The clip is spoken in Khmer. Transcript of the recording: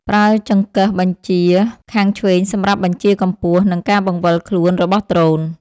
ប្រើចង្កឹះបញ្ជាខាងឆ្វេងសម្រាប់បញ្ជាកម្ពស់ និងការបង្វិលខ្លួនរបស់ដ្រូន។